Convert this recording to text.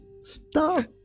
Stop